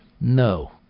No